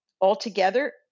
altogether